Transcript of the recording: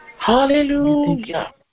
Hallelujah